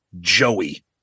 Joey